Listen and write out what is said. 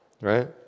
right